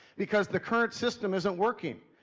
because the current system isn't working.